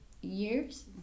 years